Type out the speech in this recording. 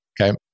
Okay